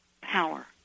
power